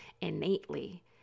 innately